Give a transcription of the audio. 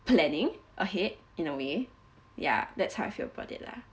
planning ahead in a way ya that's how I feel about it lah